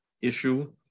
issue